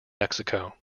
mexico